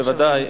בוודאי,